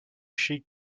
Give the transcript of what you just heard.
she